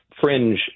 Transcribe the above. fringe